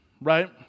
right